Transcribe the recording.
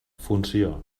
funció